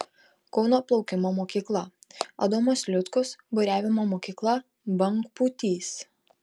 kauno plaukimo mokykla adomas liutkus buriavimo mokykla bangpūtys